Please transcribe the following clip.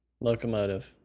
Locomotive